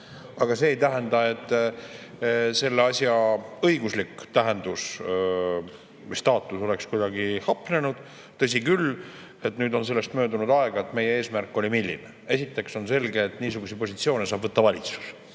Aga see ei tähenda, et selle asja õiguslik tähendus või staatus oleks kuidagi hapnenud. Tõsi küll, nüüd on sellest möödunud [palju] aega. Milline oli meie eesmärk? Esiteks on selge, et niisuguseid positsioone saab võtta valitsus,